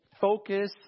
Focus